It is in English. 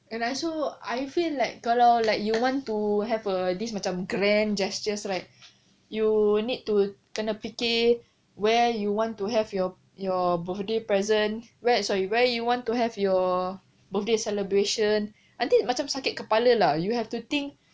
and I so I feel like kalau like you want to have a this macam grand gestures right you need to kena fikir where you want to have your your birthday present where sorry where you want to have your birthday celebration until macam sakit kepala lah you have to think